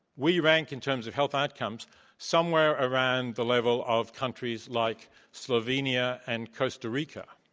we rank in terms of health outcomes somewhere around the level of countries like slovenia and costa rica.